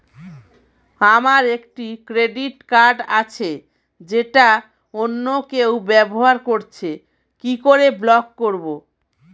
আমার একটি credit card আছে যেটা অন্য কেউ ব্যবহার করছে কি করে ব্লক করবো?